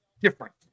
different